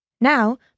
Now